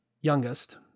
youngest